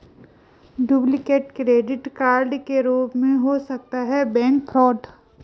duplicate credit card के रूप में हो सकता है बैंक फ्रॉड